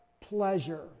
pleasure